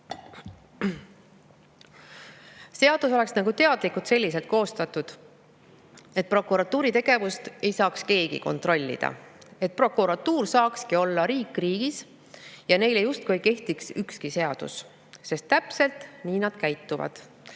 Seadus oleks nagu teadlikult selliselt koostatud, et prokuratuuri tegevust ei saaks keegi kontrollida, et prokuratuur saakski olla riik riigis. Neile justkui ei kehtiks ükski seadus – täpselt nii nad käituvad.